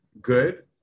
good